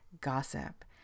gossip